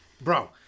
bro